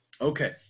okay